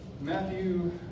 Matthew